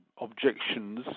objections